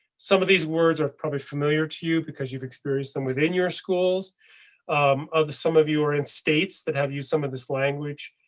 some of these words are probably familiar to you because you've experienced them within your schools of some of you are in states that have you some of this language,